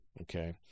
Okay